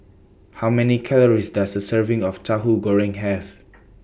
How Many Calories Does A Serving of Tahu Goreng Have